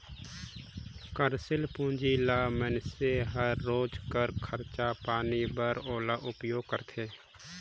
कारसील पूंजी ल मइनसे हर रोज कर खरचा पानी बर ओला उपयोग करथे